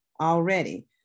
already